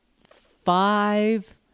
five